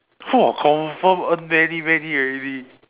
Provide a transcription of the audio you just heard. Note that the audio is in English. !wah! confirm earn many many already